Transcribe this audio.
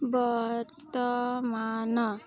ବର୍ତ୍ତମାନ